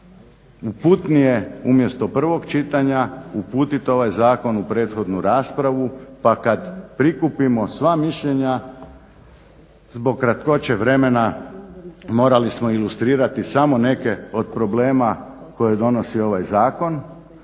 uputnije umjesto prvog čitanja uputiti ovaj zakon u prethodnu raspravu pa kad prikupimo sva mišljenja zbog kratkoće vremena morali smo ilustrirati samo neke od problema koje donosi ovaj zakon.